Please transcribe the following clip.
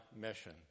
mission